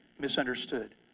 Misunderstood